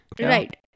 Right